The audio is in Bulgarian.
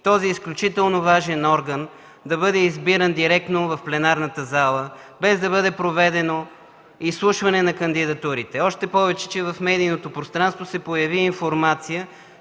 този изключително важен орган трябва да бъде избиран директно в пленарната зала, без да бъде проведено изслушване на кандидатурите. Още повече че в медийното пространство се появи информация,